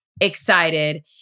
excited